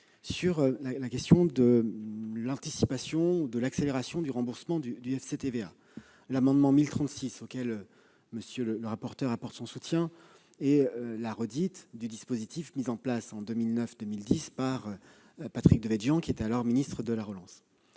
la question de l'anticipation ou de l'accélération du remboursement du FCTVA, l'amendement n° 1036 rectifié , auquel monsieur le rapporteur général apporte son soutien, est la redite du dispositif mis en place en 2009-2010 par Patrick Devedjian, qui était alors ministre de la relance.